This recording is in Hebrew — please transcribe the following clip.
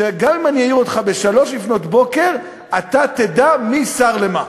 שגם אם אני אעיר אותך ב-03:00 אתה תדע מי שר לְמה,